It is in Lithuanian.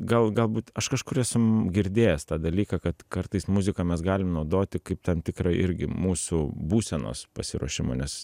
gal galbūt aš kažkur esu girdėjęs tą dalyką kad kartais muziką mes galim naudoti kaip tam tikrą irgi mūsų būsenos pasiruošimo nes